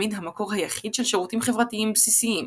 תמיד המקור היחיד של שירותים חברתיים בסיסיים,